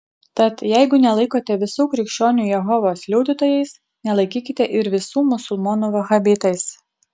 tad jeigu nelaikote visų krikščionių jehovos liudytojais nelaikykite ir visų musulmonų vahabitais